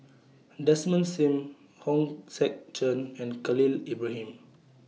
Desmond SIM Hong Sek Chern and Khalil Ibrahim